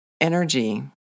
energy